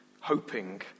hoping